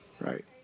right